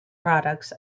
products